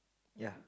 ya